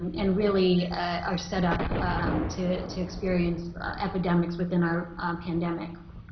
and really are set up to to experience epidemics within our pandemic.